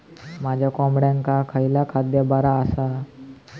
माझ्या कोंबड्यांका खयला खाद्य बरा आसा?